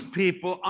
people